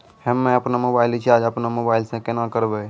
हम्मे आपनौ mobile recharge आपनौ मोबाइल से केना करवै?